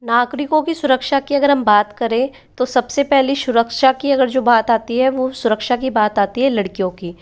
नागरिकों की सुरक्षा की अगर हम बात करें तो सबसे पहले सुरक्षा की अगर जो बात आती है वो सुरक्षा की बात आती है लड़कियों की